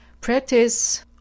Practice